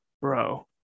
bro